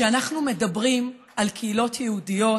כשאנחנו מדברים על קהילות יהודיות,